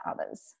others